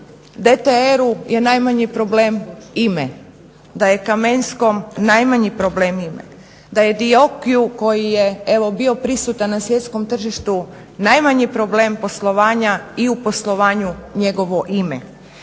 DTR-u je najmanji problem ime, da je Kamenskom najmanji problem ime, da je DIOKI-u koji je evo bio prisutan na svjetskom tržištu najmanji problem poslovanja i u poslovanju njegovo ime.